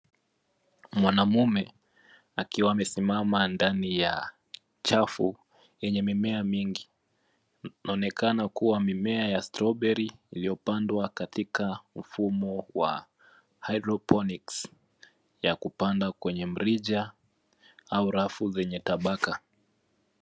Mwanamume akiwa amesimama ndani ya chafu yenye mimea mingi. Inaonekana kuwa mimea ya strawberry iliyopandwa katika mfumo wa haidroponiki ya kupanda kwenye mrija au rafu zenye tabaka.